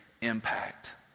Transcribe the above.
impact